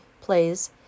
plays